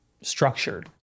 structured